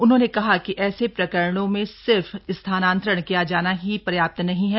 उन्होंने कहा कि ऐसे प्रकरणों में सिर्फ स्थानान्तरण किया जाना ही पर्याप्त नहीं है